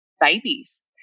babies